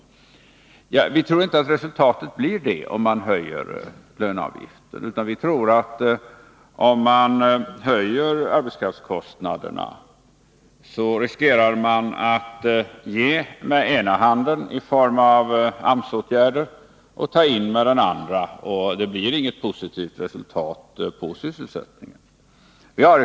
Men vi tror inte att resultatet blir detta om man höjer arbetsgivaravgiften, utan vi tror att om man höjer arbetskraftskostnaderna riskerar man att ge med ena handen i form av AMS-åtgärder och ta in med den andra, och det blir inget positivt resultat på sysselsättningen.